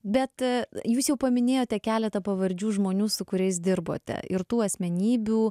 bet a jūs jau paminėjote keletą pavardžių žmonių su kuriais dirbote ir tų asmenybių